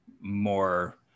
more